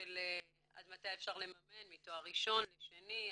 של עד מתי אפשר לממן מתואר ראשון לשני,